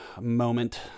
moment